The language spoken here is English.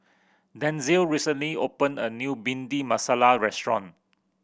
Denzil recently opened a new Bhindi Masala restaurant